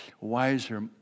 wiser